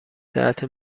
ساعت